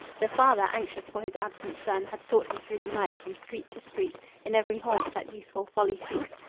the father, anxious for his absent son, had sought him through the night from street to street in every haunt that youthful folly seeks,